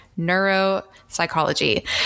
neuropsychology